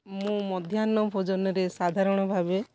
ମୁଁ ମଧ୍ୟାହ୍ନ ଭୋଜନରେ ସାଧାରଣ ଭାବେ